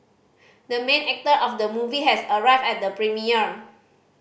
the main actor of the movie has arrived at the premiere